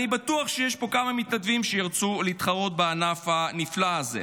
אני בטוח שיש פה כמה מתנדבים שירצו להתחרות בענף הנפלא הזה.